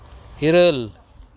ᱤᱨᱟᱹᱞ